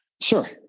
Sure